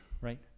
right